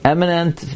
Eminent